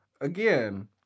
Again